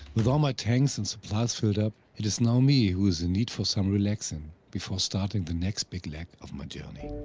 with all my tanks and supplies filled up, it is now me who is in need for some relaxing, before starting the next big leg of my journey.